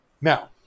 Now